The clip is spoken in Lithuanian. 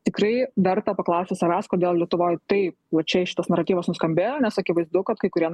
tikrai verta paklausti savęs kodėl lietuvoj taip va čia šitas naratyvas nuskambėjo nes akivaizdu kad kai kurie